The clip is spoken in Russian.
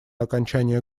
окончание